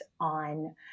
on